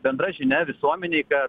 bendra žinia visuomenei kad